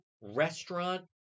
restaurant